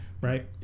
right